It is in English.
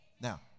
Now